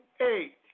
eight